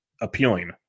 appealing